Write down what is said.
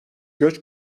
göç